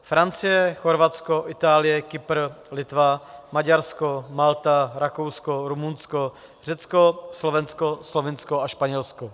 Francie, Chorvatsko, Itálie, Kypr, Litva, Maďarsko, Malta, Rakousko, Rumunsko, Řecko, Slovensko, Slovinsko a Španělsko.